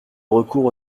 recours